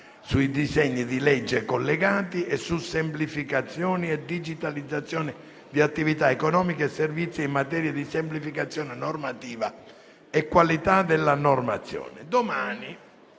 sui disegni di legge collegati su semplificazione e digitalizzazione di attività economiche e servizi e in materia di semplificazione normativa e qualità della normazione.